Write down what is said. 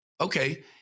Okay